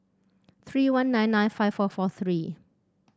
three one nine nine five four four three